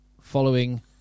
following